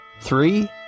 three